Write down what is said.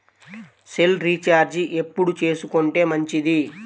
Cell recharge ఎప్పుడు చేసుకొంటే మంచిది?